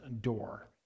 door